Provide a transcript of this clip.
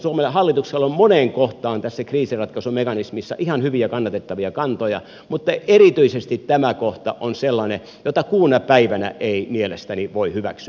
suomen hallituksella on moneen kohtaan tässä kriisinratkaisumekanismissa ihan hyviä kannatettavia kantoja mutta erityisesti tämä kohta on sellainen jota kuuna päivänä ei mielestäni voi hyväksyä